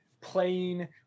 playing